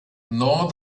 nor